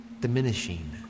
Diminishing